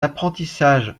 apprentissage